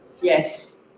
Yes